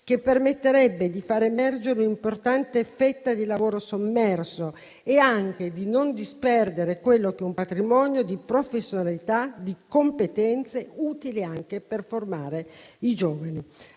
che permetterebbe di fare emergere un'importante fetta di lavoro sommerso e anche di non disperdere quello che è un patrimonio di professionalità e di competenze utili anche per formare i giovani.